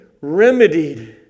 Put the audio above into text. remedied